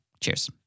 Cheers